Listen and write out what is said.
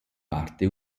parte